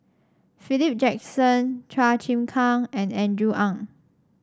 Philip Jackson Chua Chim Kang and Andrew Ang